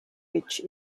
which